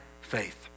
faith